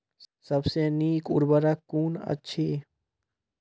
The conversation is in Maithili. सबसे नीक उर्वरक कून अछि?